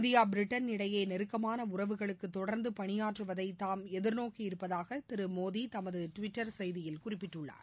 India Britain இடையே நெருக்கமான உறவுகளுக்கு தொடர்ந்து பணியாற்றுவதை தாம் எதிர்நோக்கி இருப்பதாக திரு மோடி தமது டுவிட்டர் செய்தியில் குறிப்பிட்டுள்ளார்